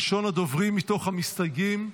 ראשון הדוברים מתוך המסתייגים,